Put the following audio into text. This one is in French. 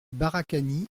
barakani